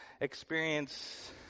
experience